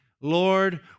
Lord